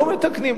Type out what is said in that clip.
לא מתקנים.